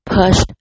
pushed